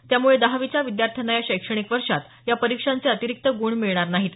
त्यामुळे दहावीच्या विद्यार्थ्यांना या शैक्षणिक वर्षात या परीक्षांचे अतिरीक्त गुण मिळणार नाहीत